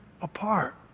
apart